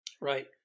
Right